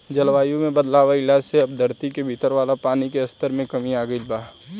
जलवायु में बदलाव आइला से अब धरती के भीतर वाला पानी के स्तर में कमी आ गईल बा